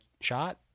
shot